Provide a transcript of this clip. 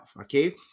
okay